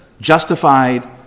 justified